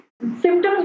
Symptoms